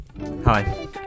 hi